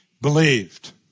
believed